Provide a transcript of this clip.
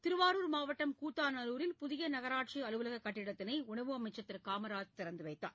திருவாரூர் மாவட்டம் கூத்தாநல்லூரில் புதிய நகராட்சி அலுவலக கட்டிடத்தினை உணவு அமைச்சர் திரு காமராஜ் இன்று திறந்து வைத்தார்